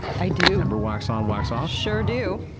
i do! remember wax on, wax off? sure do!